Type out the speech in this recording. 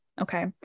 Okay